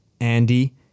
Andy